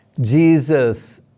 Jesus